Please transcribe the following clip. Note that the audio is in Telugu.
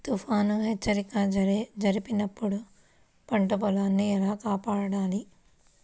తుఫాను హెచ్చరిక జరిపినప్పుడు పంట పొలాన్ని ఎలా కాపాడాలి?